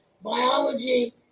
biology